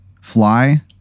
fly